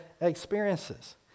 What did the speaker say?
experiences